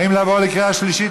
האם לעבור לקריאה שלישית,